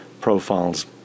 profiles